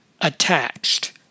attached